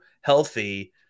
healthy